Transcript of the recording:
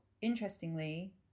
interestingly